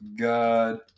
god